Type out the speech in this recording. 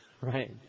Right